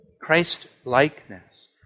Christ-likeness